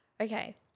okay